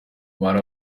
hari